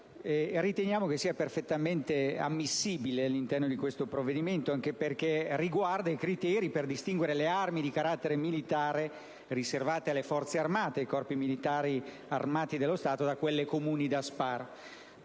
riteniamo che sia perfettamente ammissibile all'interno del provvedimento in esame, anche perché riguarda i criteri per distinguere le armi di carattere militare, riservate alle Forze armate e ai corpi militari armati dello Stato, da quelle comuni da sparo.